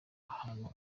ahantu